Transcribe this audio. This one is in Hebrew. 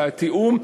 את התיאום,